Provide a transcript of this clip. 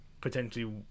potentially